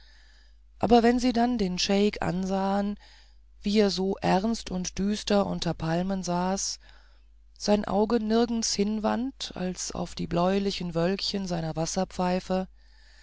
aber wenn sie dann den scheik ansahen wie er so ernst und düster unter den palmen saß sein auge nirgends hinwandte als auf die bläulichen wölkchen seiner wasserpfeife